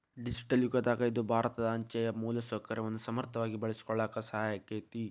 digital ಯುಗದಾಗ ಇದು ಭಾರತ ಅಂಚೆಯ ಮೂಲಸೌಕರ್ಯವನ್ನ ಸಮರ್ಥವಾಗಿ ಬಳಸಿಕೊಳ್ಳಾಕ ಸಹಾಯ ಆಕ್ಕೆತಿ